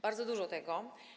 Bardzo dużo tego.